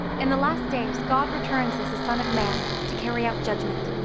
in the last days, god returns as the son of man to carry out judgment.